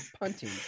punting